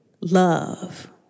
love